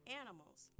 animals